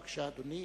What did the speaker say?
בבקשה, אדוני.